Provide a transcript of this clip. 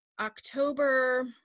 October